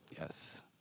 Yes